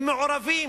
הם מעורבים.